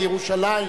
בירושלים.